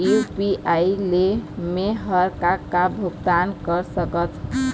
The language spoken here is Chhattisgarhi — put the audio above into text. यू.पी.आई ले मे हर का का भुगतान कर सकत हो?